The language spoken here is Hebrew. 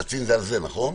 הקצין זה על זה, נכון?